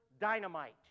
dynamite